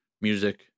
music